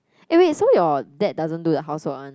oh wait so your dad doesn't do the housework one